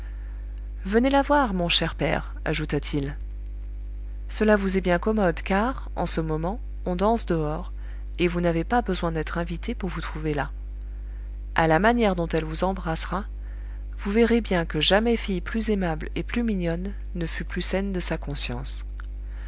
venez la voir mon cher père ajouta-t-il cela vous est bien commode car en ce moment on danse dehors et vous n'avez pas besoin d'être invité pour vous trouver là à la manière dont elle vous embrassera vous verrez bien que jamais fille plus aimable et plus mignonne ne fut plus saine de sa conscience